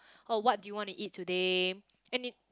oh what do you wanna eat today any